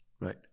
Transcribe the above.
Right